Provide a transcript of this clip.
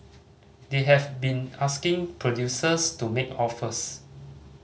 they have been asking producers to make offers